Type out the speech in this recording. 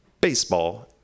baseball